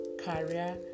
career